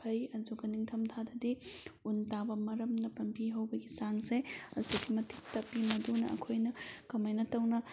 ꯐꯩ ꯑꯗꯨꯒ ꯅꯤꯡꯊꯝꯊꯥꯗꯗꯤ ꯎꯟ ꯇꯥꯕ ꯃꯔꯝꯅ ꯄꯥꯝꯕꯤ ꯍꯧꯕꯒꯤ ꯆꯥꯡꯁꯦ ꯑꯁꯨꯛꯀꯤ ꯃꯇꯤꯛ ꯇꯞꯄꯤ ꯃꯗꯨꯅ ꯑꯩꯈꯣꯏꯅ ꯀꯃꯥꯏꯅ ꯇꯧꯅ